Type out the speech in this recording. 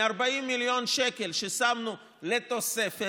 מ-40 מיליון שקל ששמנו לתוספת,